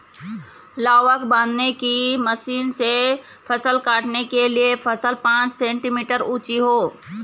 लावक बांधने की मशीन से फसल काटने के लिए फसल पांच सेंटीमीटर ऊंची हो